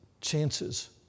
chances